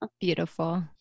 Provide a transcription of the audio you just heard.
Beautiful